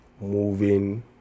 moving